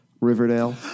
Riverdale